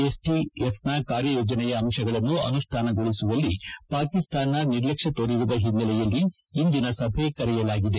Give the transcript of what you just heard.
ಎಫ್ಎಟಿಎಫ್ನ ಕಾರ್ಯಯೋಜನೆಯ ಅಂಶಗಳನ್ನು ಅನುಷ್ನಾನಗೊಳಸುವಲ್ಲಿ ಪಾಕಿಸ್ನಾನ ನಿರ್ಲಕ್ಷ ತೋರಿರುವ ಹಿನೈಲೆಯಲ್ಲಿ ಇಂದಿನ ಸಭೆ ಕರೆಯಲಾಗಿದೆ